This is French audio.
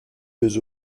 deux